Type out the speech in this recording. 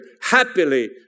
happily